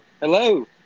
Hello